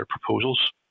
proposals